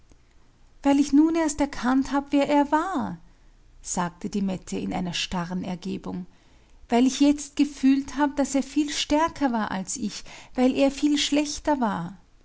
weil ich nun erst erkannt hab wer er war sagte die mette in einer starren ergebung weil ich jetzt gefühlt hab daß er viel stärker war als ich weil er viel schlechter war